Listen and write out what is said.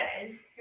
says